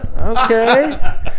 Okay